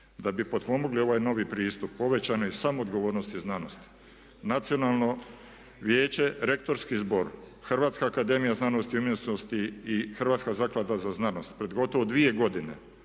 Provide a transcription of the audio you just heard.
da bi potpomogli ovaj novi pristup povećano je samo odgovornost i znanost. Nacionalno vijeće, rektorski zbog, Hrvatska akademija znanosti i umjetnosti i Hrvatska Zaklada za znanost pred gotovo dvije godine